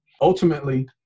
Ultimately